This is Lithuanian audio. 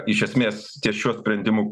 iš esmės ties šiuo sprendimu